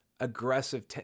aggressive